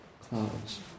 clouds